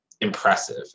impressive